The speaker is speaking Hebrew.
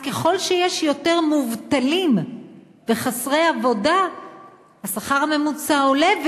אז ככל שיש יותר מובטלים וחסרי עבודה השכר הממוצע עולה,